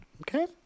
Okay